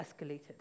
escalated